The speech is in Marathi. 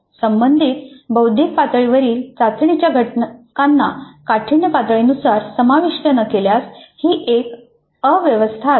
संबंधित बौद्धिक पातळीवरील चाचणीच्या घटकांना काठिण्य पातळीनुसार समाविष्ट न केल्यास ही एक अव्यवस्था असेल